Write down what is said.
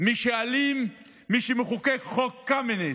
מי שאלים הוא מי שמחוקק את חוק קמיניץ,